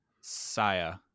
Saya